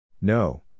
No